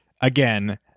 again